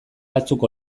batzuk